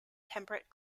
temperate